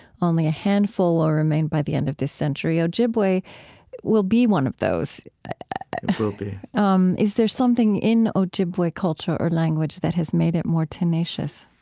only a handful will remain by the end of this century. ojibwe will be one of those it will be um is there something in ojibwe culture or language that has made it more tenacious?